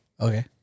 Okay